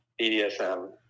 BDSM